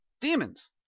demons